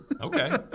Okay